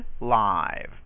live